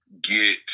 get